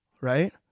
right